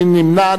מי נמנע?